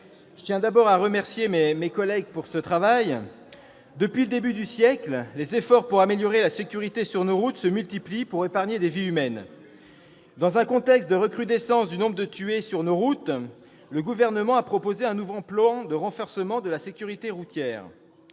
je tiens d'abord à remercier mes collègues rapporteurs pour leur travail. Depuis le début du siècle, les efforts se multiplient pour améliorer la sécurité sur nos routes et, ainsi, épargner des vies humaines. Dans un contexte de recrudescence du nombre de tués sur nos routes, le Gouvernement a proposé un nouveau plan de renforcement de la sécurité routière.